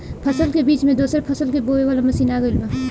फसल के बीच मे दोसर फसल के बोवे वाला मसीन आ गईल बा